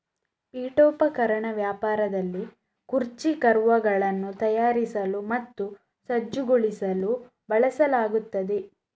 ಪೀಠೋಪಕರಣ ವ್ಯಾಪಾರದಲ್ಲಿ ಕುರ್ಚಿ ಕವರ್ಗಳನ್ನು ತಯಾರಿಸಲು ಮತ್ತು ಸಜ್ಜುಗೊಳಿಸಲು ಬಳಸಲಾಗುತ್ತದೆ